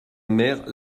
mère